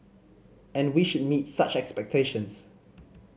and we should meet such expectations